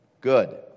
good